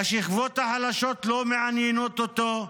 השכבות החלשות לא מעניינות אותו,